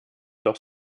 doch